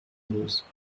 rose